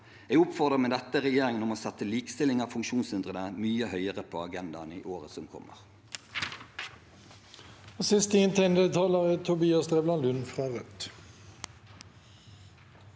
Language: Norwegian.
Jeg oppfordrer med dette regjeringen til å sette likestilling for funksjonshindrede mye høyere på agendaen i året som kommer.